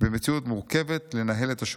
במציאות מורכבת לנהל את השונות.